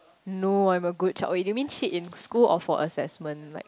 no I'm a good child you mean cheat in school or for assessment like